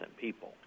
people